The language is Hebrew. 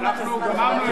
אנחנו גמרנו את שעת,